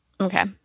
Okay